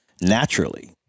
naturally